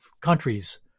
countries